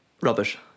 rubbish